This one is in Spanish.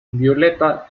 violeta